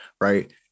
right